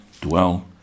dwell